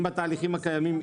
אם בתהליכים הקיימים,